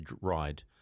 ride